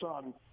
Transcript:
son